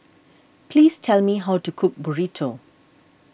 please tell me how to cook Burrito